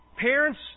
Parents